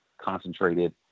concentrated